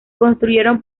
construyeron